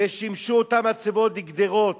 והשתמשו במצבות לגדרות.